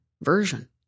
version